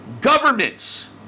Governments